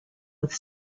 with